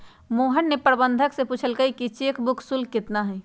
मोहन ने प्रबंधक से पूछल कई कि चेक बुक शुल्क कितना हई?